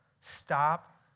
Stop